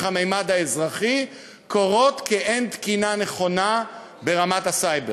הממד האזרחי קורות כי אין תקינה נכונה ברמת הסייבר.